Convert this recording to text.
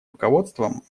руководством